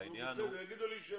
הם יגידו לי שהם